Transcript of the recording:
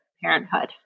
parenthood